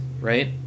right